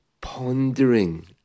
pondering